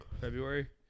February